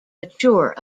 mature